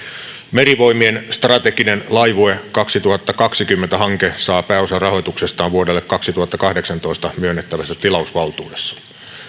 merivoimien strateginen laivue kaksituhattakaksikymmentä hanke saa pääosan rahoituksestaan vuodelle kaksituhattakahdeksantoista myönnettävässä tilausvaltuudessa